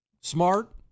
smart